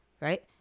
right